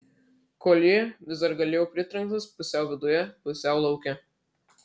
koljė vis dar gulėjo pritrenktas pusiau viduje pusiau lauke